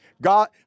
God